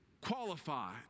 qualified